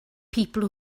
people